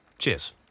Cheers